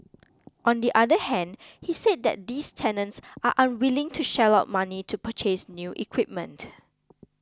on the other hand he said that these tenants are unwilling to shell out money to purchase new equipment